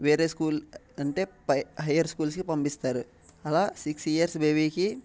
వేరే స్కూల్ అంటే పై హైయర్ స్కూల్స్కి పంపిస్తారు అలా సిక్స్ ఇయర్స్ బేబీకి